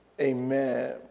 Amen